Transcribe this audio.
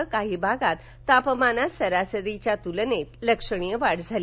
राज्याच्या काही भागात तापमानात सरासरीच्या तुलनेत लक्षणीय वाढ झाली